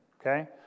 Okay